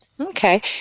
Okay